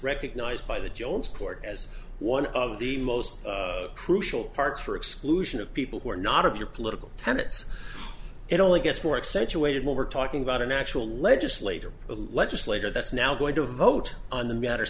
recognized by the jones court as one of the most crucial parts for exclusion of people who are not of your political tenets it only gets more except you waited when we're talking about a natural legislator legislator that's now going to vote on the matter